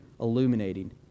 illuminating